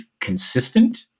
consistent